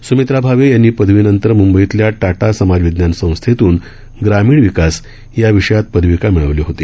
सुमित्रा भावे यांनी पदवीनंतर मुंबईतल्या टाटा समाजविज्ञान संस्थेतून ग्रामीण विकास या विषयात पदविका मिळविली होती